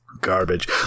garbage